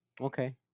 Okay